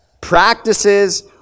practices